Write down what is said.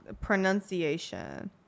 Pronunciation